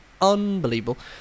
unbelievable